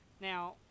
Now